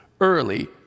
early